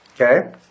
Okay